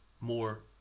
more